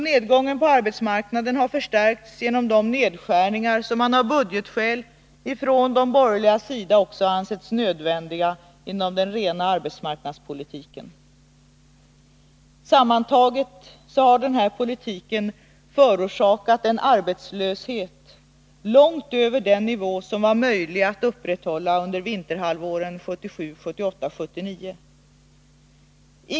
Nedgången på arbetsmarknaden har förstärkts genom de nedskärningar som de borgerliga av budgetskäl har ansett nödvändiga också inom arbetsmarknadspolitiken. Sammantaget har den här politiken förorsakat en arbetslöshet långt över den nivå som var möjlig att upprätthålla under vinterhalvåren 1977, 1978 och 1979.